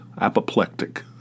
apoplectic